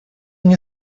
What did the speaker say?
мне